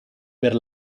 per